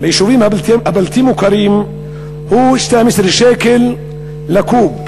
ביישובים הבלתי-המוכרים הוא 12 שקל לקוב,